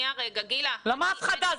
למה הפחדה?